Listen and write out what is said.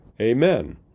amen